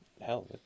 hell